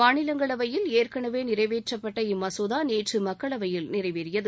மாநிலங்களவையில் ஏற்கனவே நிறைவேற்றப்பட்ட இம்மசோதா நேற்று மக்களவையில் நிறைவேறியது